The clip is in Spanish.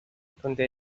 donde